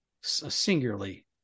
singularly